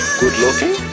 good-looking